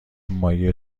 مایع